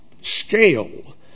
scale